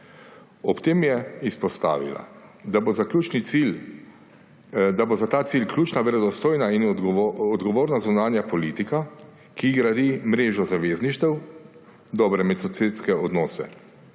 Ob tem je izpostavila, da bo za ta cilj ključna verodostojna in odgovorna zunanja politika, ki gradi mrežo zavezništev in dobre medsosedske odnose.